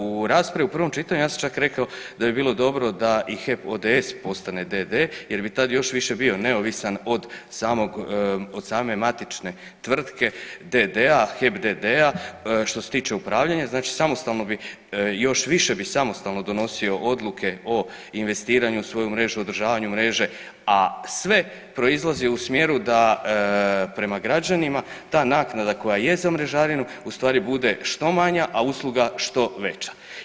U raspravi u prvom čitanju ja sam čak rekao da bi bilo dobro da i HEP ODS postane d.d. jer bi tad još više bio neovisan od same matične tvrtke d.d.-a, HEP d.d.-a, što se tiče upravljanja, znači samostalno bi, još više bi samostalno donosio odluke o investiranju u svoju mrežu, održavanju mreže, a sve proizlazi u smjeru da prema građanima ta naknada koja je za mrežarinu u stvari bude što manja, a usluga što veća.